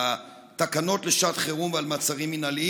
התקנות לשעת חירום ועל מעצרים מינהליים,